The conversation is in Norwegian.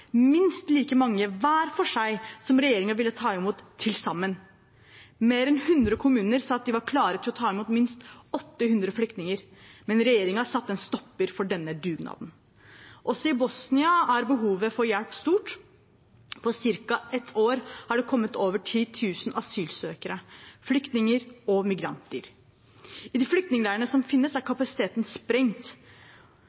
minst like mange hver for seg som regjeringen ville ta imot til sammen. Mer enn 100 kommuner sa at de var klare til å ta imot minst 800 flyktninger, men regjeringen satte en stopper for denne dugnaden. Også i Bosnia er behovet for hjelp stort. På ca. et år har det kommet over 10 000 asylsøkere, flyktninger og migranter. I de flyktningleirene som finnes, er